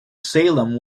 salem